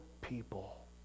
people